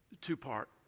two-part